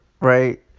right